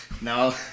No